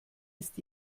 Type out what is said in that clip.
ist